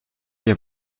ihr